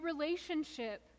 relationship